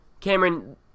Cameron